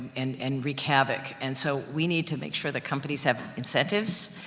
and, and wreak havoc. and so, we need to make sure, that companies have incentives,